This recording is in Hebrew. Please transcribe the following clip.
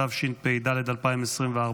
התשפ"ד 2024,